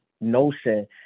notion